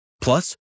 Plus